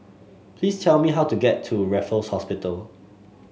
please tell me how to get to Raffles Hospital